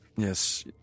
Yes